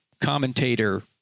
commentator